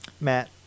Matt